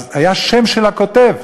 אז היה שם של הכותב,